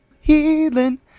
healing